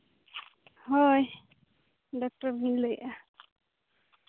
ᱦᱳᱭ ᱰᱟᱠᱴᱚᱨ ᱜᱤᱧ ᱞᱟᱹᱭᱮᱫᱼᱟ